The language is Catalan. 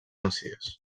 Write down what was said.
masies